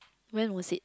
when was it